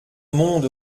monde